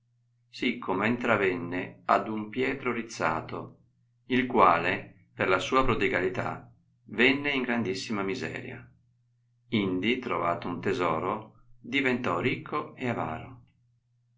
sì come intravenne ad un pietro rizzato il quale per la sua prodigalità venne in grandissima miseria indi trovato un tesoro diventò ricco e avaro